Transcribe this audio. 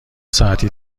ساعتی